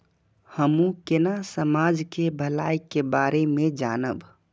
हमू केना समाज के भलाई के बारे में जानब?